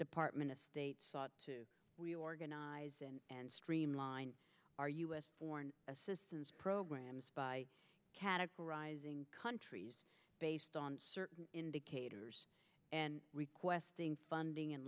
department of state sought to organize and streamline our u s foreign assistance programs by categorizing countries based on certain indicators and requesting funding in